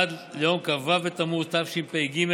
עד ליום כ"ו בתמוז התשפ"ג,